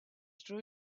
true